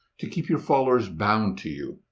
to keep your followers bound to you.